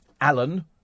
Alan